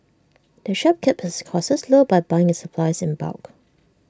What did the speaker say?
the shop keeps its costs low by buying its supplies in bulk